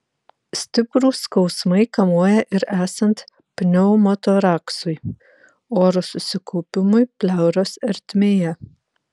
stiprūs skausmai kamuoja ir esant pneumotoraksui oro susikaupimui pleuros ertmėje